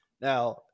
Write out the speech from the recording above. Now